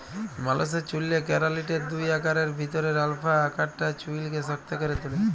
মালুসের চ্যুলে কেরাটিলের দুই আকারের ভিতরে আলফা আকারটা চুইলকে শক্ত ক্যরে তুলে